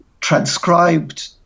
transcribed